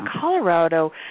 Colorado